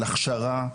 של הכשרה,